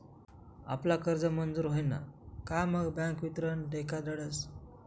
आपला कर्ज मंजूर व्हयन का मग बँक वितरण देखाडस